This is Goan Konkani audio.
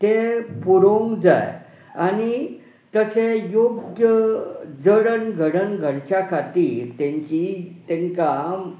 तें पुरोवंक जाय आनी तशें योग्य जडण घडण घडच्या खातीर तांची तांकां